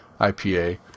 IPA